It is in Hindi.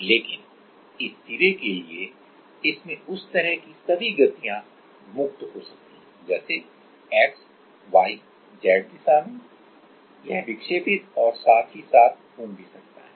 और साथ ही घूम भी सकता है